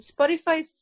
Spotify